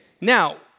Now